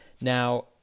Now